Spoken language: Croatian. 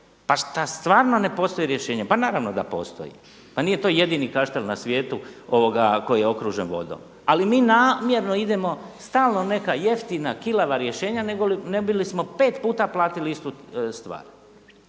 Pa šta stvarno ne postoji rješenje? Pa naravno da postoji. Pa nije to jedini kaštel na svijetu koji je okružen vodom. Ali mi namjerno idemo stalno neka jeftina kilava rješenja nego ne bili smo pet puta platili istu stvar.